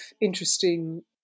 interesting